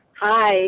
Hi